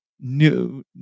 new